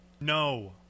no